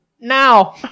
now